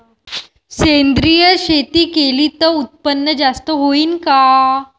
सेंद्रिय शेती केली त उत्पन्न जास्त होईन का?